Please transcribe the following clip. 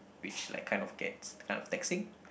which like kind of gets like kind of taxing